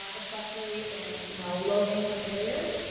ah especially in you know low-income areas,